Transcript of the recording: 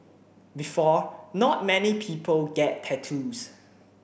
before not many people get tattoos